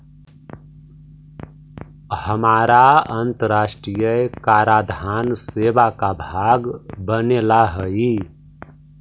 हमारा अन्तराष्ट्रिय कराधान सेवा का भाग बने ला हई